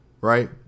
right